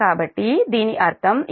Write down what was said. కాబట్టి దీని అర్థం ఈ వైపు అది j0